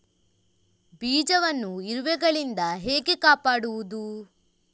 ಬೀಜವನ್ನು ಇರುವೆಗಳಿಂದ ಹೇಗೆ ಕಾಪಾಡುವುದು?